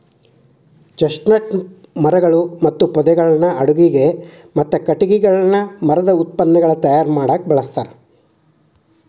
chestnut ಮರಗಳು ಮತ್ತು ಪೊದೆಗಳನ್ನ ಅಡುಗಿಗೆ, ಮತ್ತ ಕಟಗಿಗಳನ್ನ ಮರದ ಉತ್ಪನ್ನಗಳನ್ನ ತಯಾರ್ ಮಾಡಾಕ ಬಳಸ್ತಾರ